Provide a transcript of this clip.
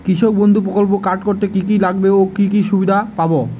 কৃষক বন্ধু প্রকল্প কার্ড করতে কি কি লাগবে ও কি সুবিধা পাব?